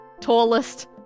tallest